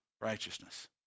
righteousness